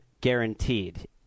guaranteed